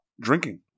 drinking